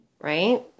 Right